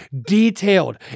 detailed